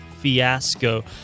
Fiasco